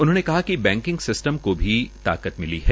उन्होंने कहा कि बैकिंग सिस्टम को भी राहत मिली है